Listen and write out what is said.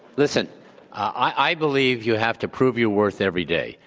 listen i believe you have to prove your worth every day.